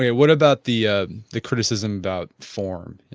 mean what about the ah the criticism about form?